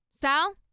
Sal